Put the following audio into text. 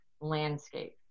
landscape